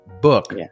book